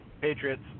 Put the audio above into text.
Patriots